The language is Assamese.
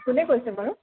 কোনে কৈছে বাৰু